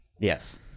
Yes